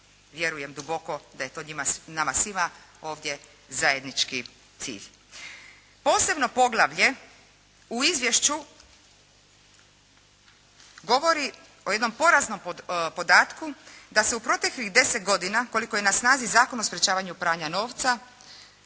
Vjerujem duboko da je to nama svima ovdje zajednički cilja. Posebno poglavlje u izvješću, govori o jednom poraznom podatku, da se u proteklih 10 godina, koliko je na snazi Zakon o sprječavanju pranja novca